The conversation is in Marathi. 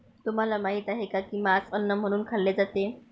तुम्हाला माहित आहे का की मांस अन्न म्हणून खाल्ले जाते?